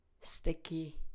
Sticky